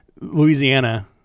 Louisiana